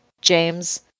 James